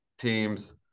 teams